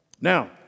Now